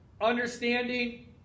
understanding